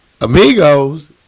Amigos